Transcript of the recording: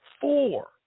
four